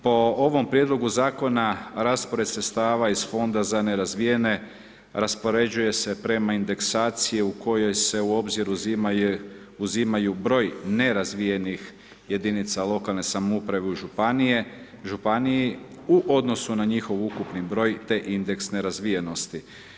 Po ovom prijedlogu zakona raspored sredstava iz fonda za nerazvijene raspoređuje se prema indeksaciju u kojoj se u obzir uzimaju broj nerazvijenih jedinica lokalne samouprave u županiji, u odnosu na njihov ukupni broj te indeks nerazvijenosti.